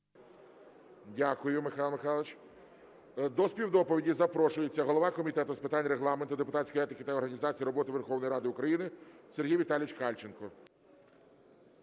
Дякую, Михайло Михайлович. До співдоповіді запрошується голова Комітету з питань Регламенту, депутатської етики та організації роботи Верховної Ради України Сергій Віталійович Кальченко.